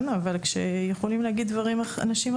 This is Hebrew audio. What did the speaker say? אבל אנשים אחרים יכולים להגיד דברים.